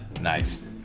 Nice